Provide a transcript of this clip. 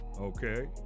Okay